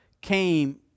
came